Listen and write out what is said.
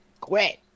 Quit